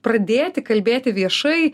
pradėti kalbėti viešai